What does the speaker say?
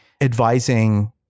advising